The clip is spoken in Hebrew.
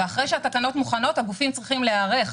ואחרי שהתקנות מוכנות הגופים צריכים להיערך,